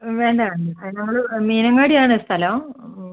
വേണ്ടായിരുന്നു ഞങ്ങള് മീനങ്ങാടിയാണ് സ്ഥലം